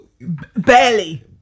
Barely